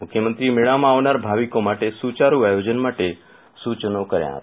મુખ્યમંત્રીએ મેળામાં આવનાર ભાવિકો માટે સુચારૂ આયોજન માટે સૂચનો કર્યા હતા